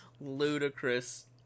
ludicrous